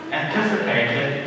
anticipated